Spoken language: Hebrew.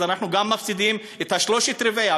אנחנו גם מפסדים את השלושה-רבעים,